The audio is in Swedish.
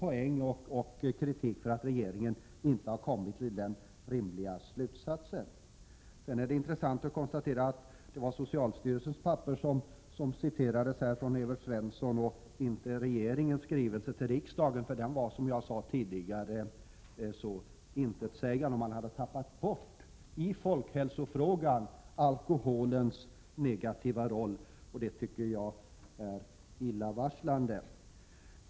Det var också min poäng att regeringen inte hade dragit den rimliga slutsatsen. Vidare är det intressant att notera att det var socialstyrelsens skrivelse som citerades av Evert Svensson och inte regeringens skrivelse till riksdagen. Den var, som jag sade tidigare, intetsägande. Man hade tappat alkoholens negativa roll för folkhälsan, och det tycker jag är illavarslande.